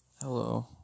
Hello